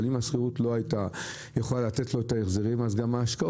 אבל אם השכירות לא הייתה יכולה לתת לו את ההחזרים אז גם ההשקעות,